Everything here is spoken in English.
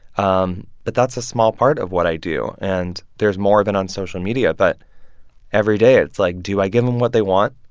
um but that's a small part of what i do, and there's more of it on social media. but every day it's like, do i give them what they want,